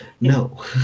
no